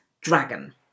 dragon